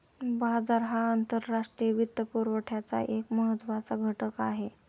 बाजार हा आंतरराष्ट्रीय वित्तपुरवठ्याचा एक महत्त्वाचा घटक आहे